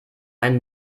einen